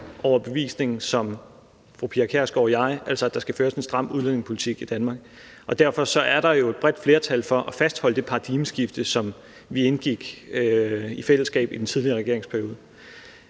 overbevisning som fru Pia Kjærsgaard og mig, altså at der skal føres en stram udlændingepolitik i Danmark. Og derfor er der jo et bredt flertal for at fastholde det paradigmeskifte, som vi i fællesskab indgik i den tidligere regeringsperiode.